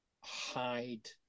hide